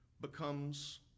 becomes